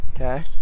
Okay